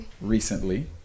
recently